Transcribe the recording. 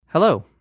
Hello